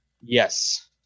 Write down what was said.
yes